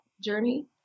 journey